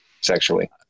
sexually